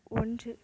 ஒன்று